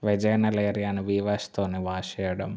vaginal ఏరియాను వివాష్తో wash చేయడం